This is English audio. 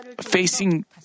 facing